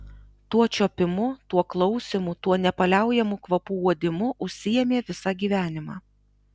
tuo čiuopimu tuo klausymu tuo nepaliaujamu kvapų uodimu užsiėmė visą gyvenimą